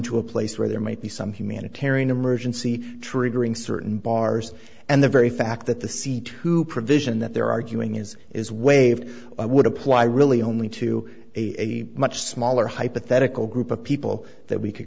to a place where there might be some humanitarian emergency triggering certain bars and the very fact that the seat who provision that they're arguing is is waived would apply really only to a much smaller hypothetical group of people that we could